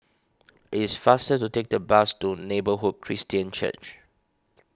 it is faster to take the bus to Neighbourhood Christian Church